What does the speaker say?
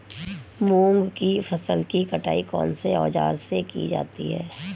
मूंग की फसल की कटाई कौनसे औज़ार से की जाती है?